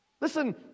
Listen